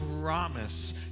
promise